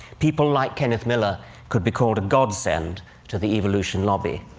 people like kenneth miller could be called a godsend to the evolution lobby,